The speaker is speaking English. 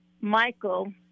Michael